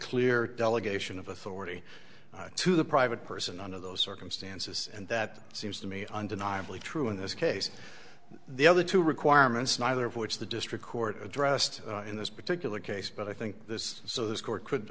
clear delegation of authority to the private person under those circumstances and that seems to me undeniably true in this case the other two requirements neither of which the district court addressed in this particular case but i think this so this court could